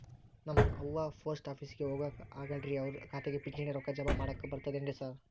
ನಮ್ ಅವ್ವ ಪೋಸ್ಟ್ ಆಫೇಸಿಗೆ ಹೋಗಾಕ ಆಗಲ್ರಿ ಅವ್ರ್ ಖಾತೆಗೆ ಪಿಂಚಣಿ ರೊಕ್ಕ ಜಮಾ ಮಾಡಾಕ ಬರ್ತಾದೇನ್ರಿ ಸಾರ್?